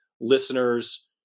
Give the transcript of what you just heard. listeners